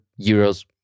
euros